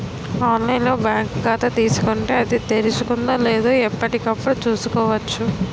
online లో bank ఖాతా తీసుకుంటే, అది తెరుచుకుందో లేదో ఎప్పటికప్పుడు చూసుకోవచ్చు